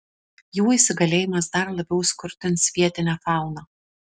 jų įsigalėjimas dar labiau skurdins vietinę fauną